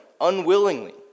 unwillingly